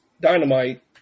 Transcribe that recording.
Dynamite